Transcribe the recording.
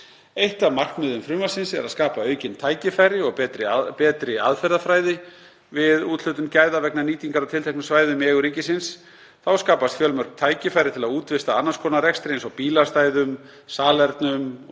Eitt af markmiðum frumvarpsins er að skapa aukin tækifæri og betri aðferðafræði við úthlutun gæða vegna nýtingar á tilteknum svæðum í eigu ríkisins. Þá skapast fjölmörg tækifæri til að útvista annars konar rekstri eins og bílastæðum, salernum og